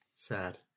Sad